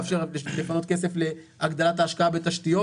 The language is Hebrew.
מאפשר לפנות כסף להגדלת ההשקעה בתשתיות